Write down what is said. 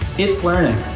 itslearning,